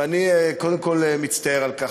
ואני קודם כול מצטער על כך.